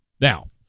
Now